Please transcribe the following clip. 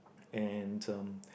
and um